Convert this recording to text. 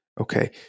Okay